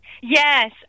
Yes